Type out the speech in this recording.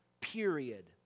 period